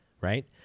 right